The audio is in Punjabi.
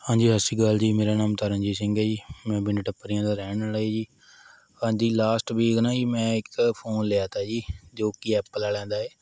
ਹਾਂਜੀ ਸਤਿ ਸ਼੍ਰੀ ਅਕਾਲ ਜੀ ਮੇਰਾ ਨਾਮ ਤਰਨਜੀਤ ਸਿੰਘ ਹੈ ਜੀ ਮੈਂ ਪਿੰਡ ਟੱਪਰੀਆਂ ਦਾ ਰਹਿਣ ਵਾਲਾ ਏ ਜੀ ਹਾਂਜੀ ਲਾਸਟ ਵੀਕ ਨਾ ਜੀ ਮੈਂ ਇੱਕ ਫ਼ੋਨ ਲਿਆ ਤਾ ਜੀ ਜੋ ਕਿ ਐਪਲ ਵਾਲਿਆਂ ਦਾ ਏ